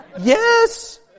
Yes